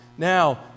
Now